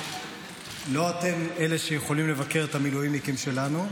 לא אתם אלה שיכולים לבקר את המילואימניקים שלנו.